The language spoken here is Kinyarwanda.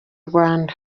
rwanda